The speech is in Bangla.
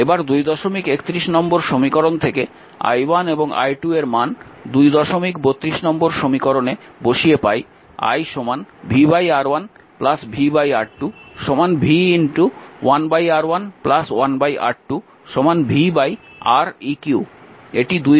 এবার 231 নম্বর সমীকরণ থেকে i1 এবং i2 এর মান 232 নম্বর সমীকরণে বসিয়ে পাই i v R1 v R2 v 1 R1 1 R2 v Req